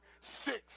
six